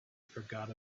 forgot